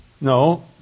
No